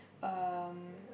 um